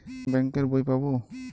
Bank এর বই পাবো?